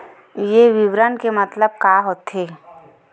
ये विवरण के मतलब का होथे?